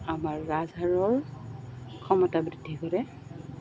আমাৰ ৰাজহাৰৰ ক্ষমতা বৃদ্ধি কৰে